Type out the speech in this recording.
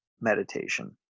meditation